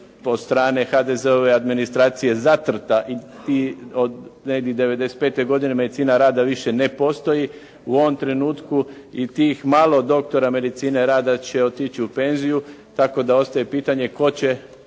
od strane HDZ-ove administracije zatrta i od negdje '95. godine medicina rada više ne postoji. U ovom trenutku i tih malo doktora medicine rada će otići u penziju tako da ostaje pitanje tko će